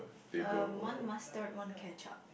um one mustard one ketchup